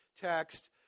text